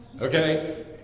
okay